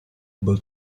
able